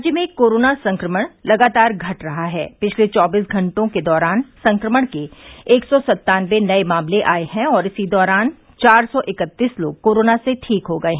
राज्य में कोरोना संक्रमण लगातार घट रहा है और पिछले चौबीस घंटों के दौरान यहां संक्रमण एक सौ सन्तानबे नये मामले आये हैं और इसी दौरान चार सौ इकत्तीस लोग कोरोना से ठीक हो गये